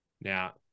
Now